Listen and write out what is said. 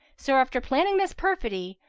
so after planning this perfidy,